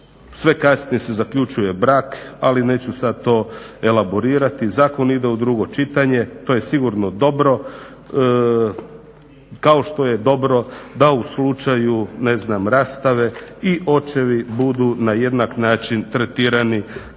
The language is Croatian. sve kasnije se zaključuje brak ali neću sad to elaborirati. Zakon ide u drugo čitanje, to je sigurno dobro, kao što je dobro da u slučaju rastave i očevi budu na jednak način tretirani